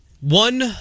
One